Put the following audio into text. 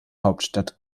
hauptstadt